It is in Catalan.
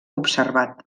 observat